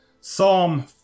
Psalm